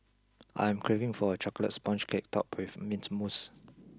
I am craving for a chocolate sponge cake topped with mint mousse